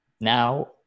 Now